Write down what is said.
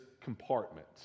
compartment